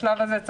בשלב הזה,